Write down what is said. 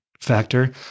factor